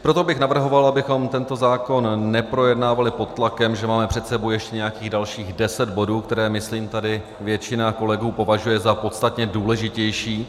Proto bych navrhoval, abychom tento zákon neprojednávali pod tlakem, protože máme před sebou ještě nějakých dalších deset bodů, které, myslím, tady většina kolegů považuje za podstatně důležitější.